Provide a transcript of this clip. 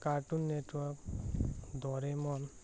cartoon network doraemon